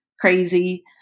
crazy